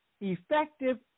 effective